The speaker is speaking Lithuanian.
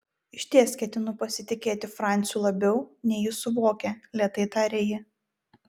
išties ketinu pasitikėti franciu labiau nei jis suvokia lėtai tarė ji